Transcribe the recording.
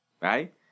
Right